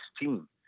team